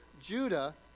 Judah